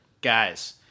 Guys